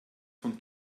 von